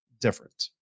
different